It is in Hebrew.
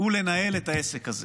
לנהל את העסק הזה.